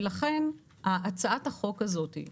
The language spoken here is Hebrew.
לכן הצעת החוק הזאת,